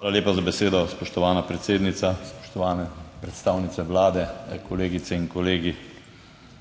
JOŽEF HORVAT (PS NSi): Hvala lepa za besedo, spoštovana predsednica. Spoštovane predstavnice Vlade, kolegice in kolegi!